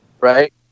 right